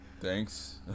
Thanks